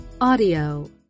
audio